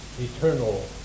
Eternal